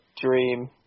dream